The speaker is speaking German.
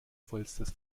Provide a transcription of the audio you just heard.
vollstes